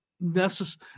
necessary